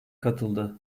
katıldı